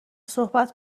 صحبت